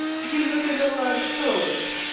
you look a little out of sorts.